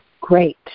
Great